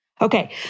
Okay